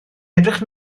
edrych